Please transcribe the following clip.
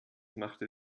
machte